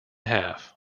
half